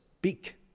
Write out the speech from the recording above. beak